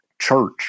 church